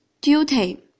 duty